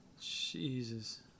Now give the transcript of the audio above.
Jesus